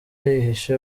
yihishe